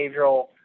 behavioral